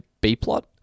B-plot